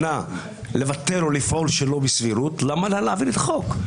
או בועז או מטי או דבי, מה הצבעתכם?